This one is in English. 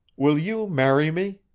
will you marry me?